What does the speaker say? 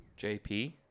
JP